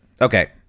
Okay